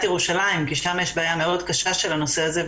ירושלים כי שם יש בעיה מאוד קשה עם הנושא הזה,